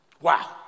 Wow